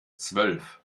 zwölf